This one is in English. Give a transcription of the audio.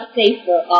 safer